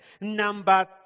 Number